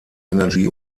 energy